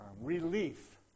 Relief